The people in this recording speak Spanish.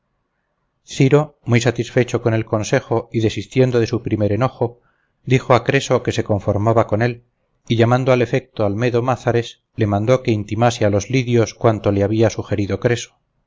ciro muy satisfecho con el consejo y desistiendo de su primer enojo dijo a creso que se conformaba con él y llamando al efecto al medo mázares le mandó que intimase a los lidios cuanto le había sugerido creso